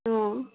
অঁ